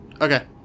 Okay